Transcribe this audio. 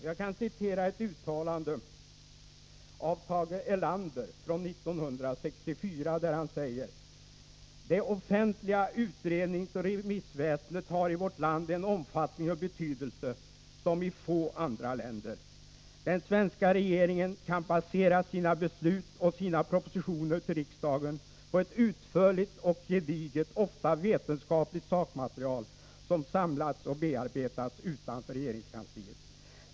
Jag kan citera ett uttalande av Tage Erlander från 1964, där han säger: ”Det offentliga utredningsoch remissväsendet har i vårt land en omfattning och betydelse som i få andra länder. Den svenska regeringen kan basera sina beslut och sina propositioner till riksdagen på ett utförligt och gediget, ofta vetenskapligt sakmaterial, som samlats och bearbetats utanför regeringskansliet.